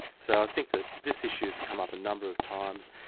so i think that this issue's come up a number of times,